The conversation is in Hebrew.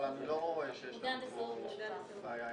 אבל אני לא רואה שיש לנו בעיה עם זה.